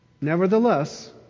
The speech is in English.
nevertheless